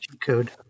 code